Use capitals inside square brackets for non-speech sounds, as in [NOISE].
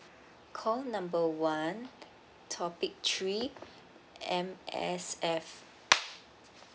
call number one topic three M_S_F [NOISE]